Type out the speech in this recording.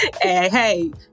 hey